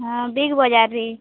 ହଁ ବିଗ୍ ବଜାରରେ